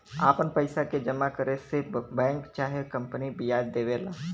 आपन पइसा के जमा करे से बैंक चाहे कंपनी बियाज देवेला